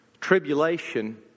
Tribulation